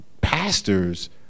pastors